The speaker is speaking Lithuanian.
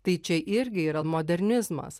tai čia irgi yra modernizmas